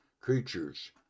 creature's